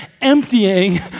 emptying